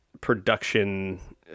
production